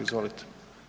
Izvolite.